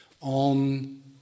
on